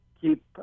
keep